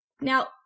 Now